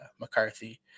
mccarthy